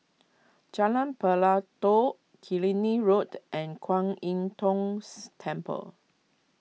Jalan Pelatok Killiney Road and Kuan Im Tngs Temple